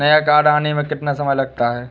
नया कार्ड आने में कितना समय लगता है?